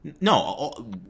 no